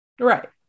right